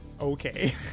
Okay